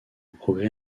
progrès